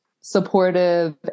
supportive